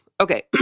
Okay